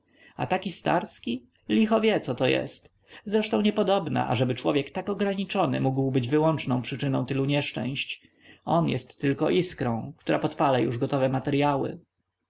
a taki starski licho wie coto jest zresztą niepodobna ażeby człowiek tak ograniczony mógł być wyłączną przyczyną tylu nieszczęść on jest tylko iskrą która podpala już gotowe materyały